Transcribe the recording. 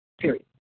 Period